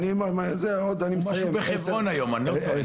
הוא בחברון היום, לא?